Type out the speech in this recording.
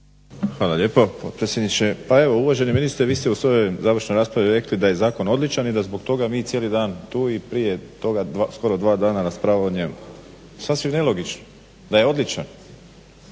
Hvala lijepo potpredsjedniče. Pa evo uvaženi ministre vi ste u svojoj završnoj raspravi rekli da je zakon odličan i da zbog toga mi cijeli dan tu i prije toga skoro dva dana raspravljanjem, sasvim nelogično. Da je odličan